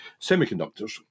semiconductors